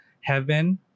heaven